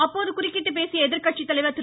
அப்போது குறுக்கிட்டு பேசிய எதிர்கட்சித்தலைவர் திரு